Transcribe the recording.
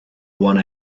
one